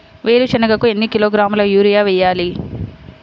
వేరుశనగకు ఎన్ని కిలోగ్రాముల యూరియా వేయాలి?